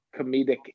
comedic